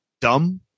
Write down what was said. dumb